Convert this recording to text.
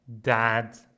dad